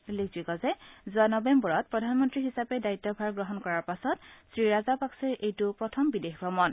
উল্লেখযোগ্য যে যোৱা নৱেম্বৰত প্ৰধানমন্ত্ৰী হিচাপে দায়িত্বভাৰ গ্ৰহণ কৰাৰ পাছত শ্ৰীৰাজাপাগচেৰ এইটো প্ৰথম বিদেশ ভ্ৰমণ